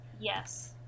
yes